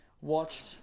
watched